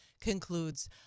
concludes